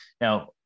Now